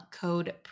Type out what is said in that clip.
code